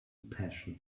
passion